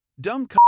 Dumb